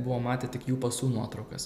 buvom matę tik jų pasų nuotraukas